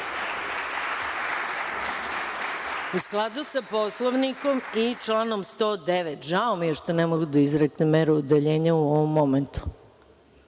skladu sa Poslovnikom i članom 109, žao mi je što ne mogu da izreknem meru udaljenja u ovom momentu,